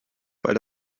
weil